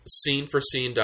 scene-for-scene